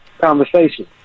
conversation